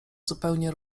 zupełnie